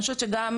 אני חושבת שגם,